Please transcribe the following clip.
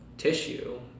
tissue